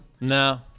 No